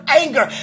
anger